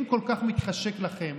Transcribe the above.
אם כל כך מתחשק לכם